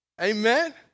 Amen